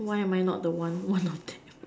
why am I not the one one of them